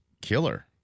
killer